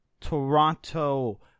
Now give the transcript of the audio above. Toronto